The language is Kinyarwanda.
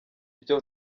byo